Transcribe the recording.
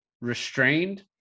restrained